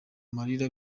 amarira